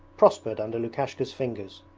prospered under lukashka's fingers.